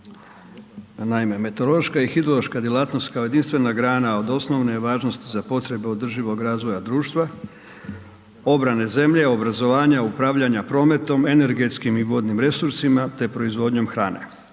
Naime, meteorološka i hidrološka djelatnost, kao jedinstvena grana od osnovne je važnosti za potrebe održivog razvoja društva, obrane zemlje, obrazovanja, upravljanja prometom, energetskih i vodnim resursima te proizvodnjom hrane.